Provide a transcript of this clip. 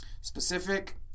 specific